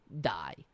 die